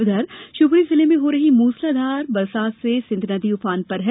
उधर शिवपूरी जिले में हो रही मूसलाधार बारिश से सिंध नदी उफान पर है